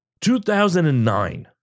2009